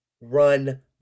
Run